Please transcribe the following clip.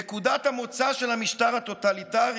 נקודת המוצא של המשטר הטוטליטרי